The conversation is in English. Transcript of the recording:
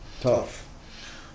Tough